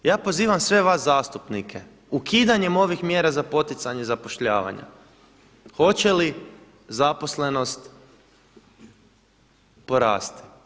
Ja pozivam sve vas zastupnike ukidanje ovih mjera za poticanje zapošljavanja hoće li zaposlenost porasti?